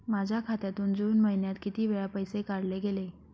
माझ्या खात्यातून जून महिन्यात किती वेळा पैसे काढले गेले?